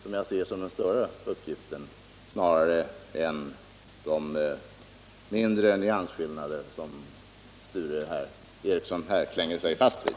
Det ser jag som den större uppgiften, snarare än att betona de mindre nyansskillnader som Sture Ericson här klänger sig fast vid.